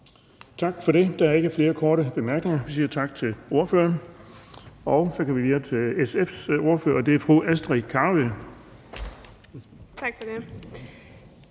Tak for det. Der er ikke flere korte bemærkninger, så vi siger tak til ordføreren. Så går vi videre til SF's ordfører, og det er fru